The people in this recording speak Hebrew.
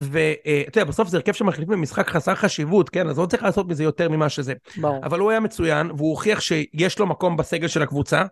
ואתה יודע, בסוף זה הרכב שמחליפים במשחק חסר חשיבות, כן, אז לא צריך לעשות מזה יותר ממה שזה. אבל הוא היה מצוין, והוא הוכיח שיש לו מקום בסגל של הקבוצה.